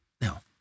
now